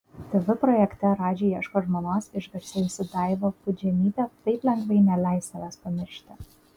tv projekte radži ieško žmonos išgarsėjusi daiva pudžemytė taip lengvai neleis savęs pamiršti